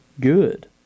good